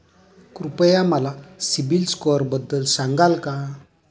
कृपया मला सीबील स्कोअरबद्दल सांगाल का?